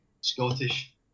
Scottish